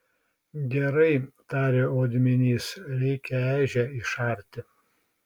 gerai tarė odminys reikia ežią išarti